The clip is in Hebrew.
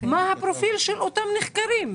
מה הפרופיל של אותם נחקרים?